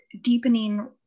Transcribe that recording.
deepening